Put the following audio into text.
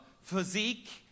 physique